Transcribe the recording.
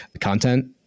Content